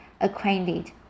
acquainted